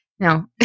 No